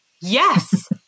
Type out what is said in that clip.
yes